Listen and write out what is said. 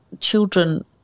children